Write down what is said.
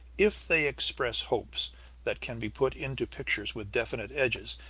if they express hopes that can be put into pictures with definite edges,